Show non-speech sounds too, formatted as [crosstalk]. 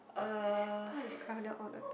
uh [breath]